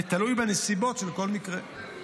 ותלוי בנסיבות של כל מקרה.